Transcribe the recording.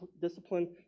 discipline